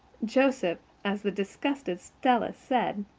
joseph, as the disgusted stella said,